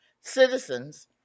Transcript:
Citizens